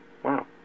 Wow